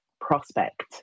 prospect